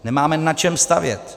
Nemáme na čem stavět.